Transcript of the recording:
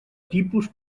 tipus